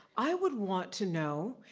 i would want to know,